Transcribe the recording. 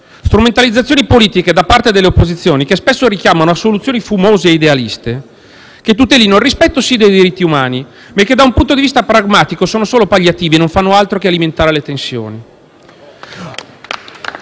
strumentalizzazioni politiche da parte delle opposizioni che spesso richiamano a soluzioni fumose e idealiste che tutelino, sì, il rispetto dei diritti umani ma che da un punto di vista pragmatico sono solo palliativi e non fanno altro che alimentare le tensioni.